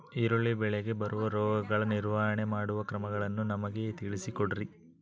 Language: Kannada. ಈರುಳ್ಳಿ ಬೆಳೆಗೆ ಬರುವ ರೋಗಗಳ ನಿರ್ವಹಣೆ ಮಾಡುವ ಕ್ರಮಗಳನ್ನು ನಮಗೆ ತಿಳಿಸಿ ಕೊಡ್ರಿ?